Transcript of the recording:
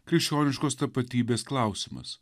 krikščioniškos tapatybės klausimas